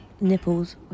nipples